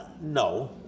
No